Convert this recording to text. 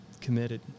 committed